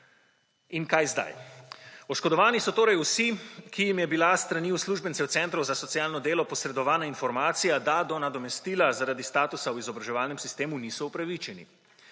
In kaj zdaj? Oškodovani so torej vsi, ki jim je bila s strani uslužbencev centrov za socialno delo posredovana informacija, da do nadomestila zaradi statusa v izobraževalnem sistemu niso upravičeni.